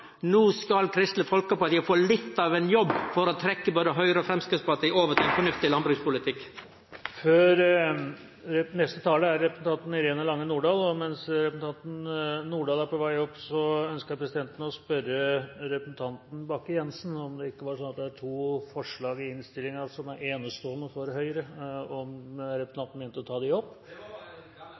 no skal Kristeleg Folkeparti få litt av ein jobb for å trekkje både Høgre og Framstegspartiet over til ein fornuftig landbrukspolitikk. Presidenten ønsker å spørre representanten Bakke-Jensen om det ikke er to forslag i innstillingen som er enestående for Høyre, og om representanten mente å ta dem opp.